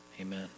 amen